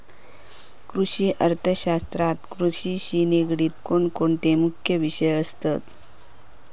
कृषि अर्थशास्त्रात कृषिशी निगडीत कोणकोणते मुख्य विषय असत?